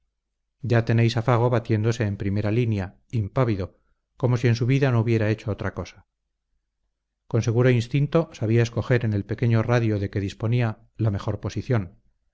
ya tenéis a fago batiéndose en primera línea impávido como si en su vida no hubiera hecho otra cosa con seguro instinto sabía escoger en el pequeño radio de que disponía la mejor posición